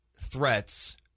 threats